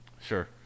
Sure